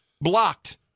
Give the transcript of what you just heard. Blocked